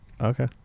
Okay